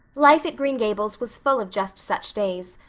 life at green gables was full of just such days,